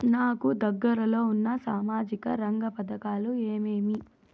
నాకు దగ్గర లో ఉన్న సామాజిక రంగ పథకాలు ఏమేమీ?